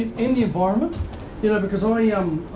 and in the environment you know because ah i,